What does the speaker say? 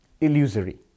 illusory